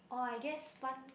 oh I guess one